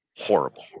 horrible